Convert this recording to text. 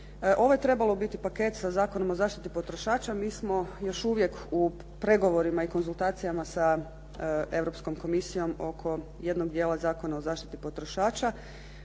Ovo je trebalo biti paket sa Zakonom o zaštiti potrošača. Mi smo još uvijek u pregovorima i konzultacijama sa Europskom komisijom oko jednog dijela Zakona o zaštiti potrošača.